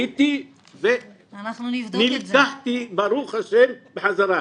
הייתי ונלקחתי, ברוך ה', בחזרה.